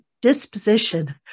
disposition